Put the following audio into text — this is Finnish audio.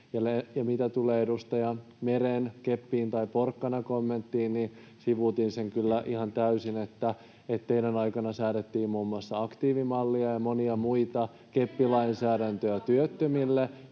Mitä tulee edustaja Meren keppi tai porkkana -kommenttiin, niin sivuutitte kyllä ihan täysin sen, että teidän aikana säädettiin muun muassa aktiivimallia ja monia muita keppilainsäädäntöjä työttömille,